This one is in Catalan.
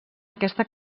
aquesta